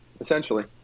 Essentially